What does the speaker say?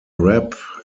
rap